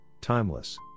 timeless